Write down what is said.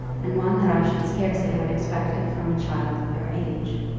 and one that i should scarcely have expected from a child of your age.